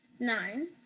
Nine